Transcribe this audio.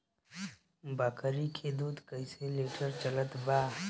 बकरी के दूध कइसे लिटर चलत बा?